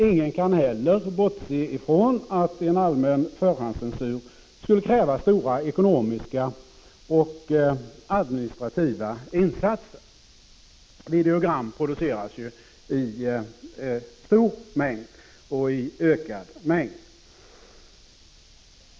Ingen kan heller bortse ifrån att en allmän förhandscensur skulle kräva stora ekonomiska och administrativa insatser. Videogram produceras ju i stor och ökande mängd.